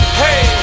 hey